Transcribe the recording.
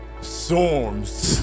Storms